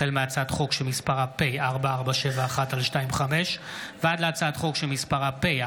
החל בהצעת חוק פ/4471/25 וכלה בהצעת חוק פ/4516/25: